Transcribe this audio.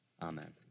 Amen